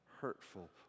hurtful